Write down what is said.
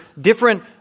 different